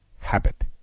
habit